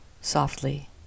softly